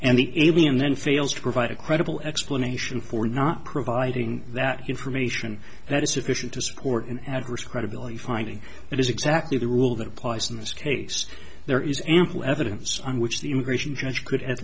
and the a b m then fails to provide a credible explanation for not providing that information that is sufficient to support an at risk credibility finding that is exactly the rule that applies in this case there is ample evidence on which the immigration judge could at